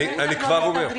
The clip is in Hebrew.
אני כבר אומר